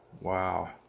Wow